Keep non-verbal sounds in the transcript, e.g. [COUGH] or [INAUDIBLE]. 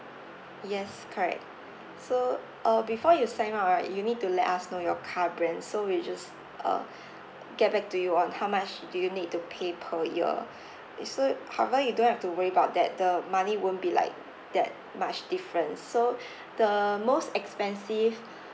yes correct so uh before you sign up right you need to let us know your car brand so we'll just uh [BREATH] get back to you on how much do you need to pay per year is so however you don't have to worry about that the money won't be like that much different so [BREATH] the most expensive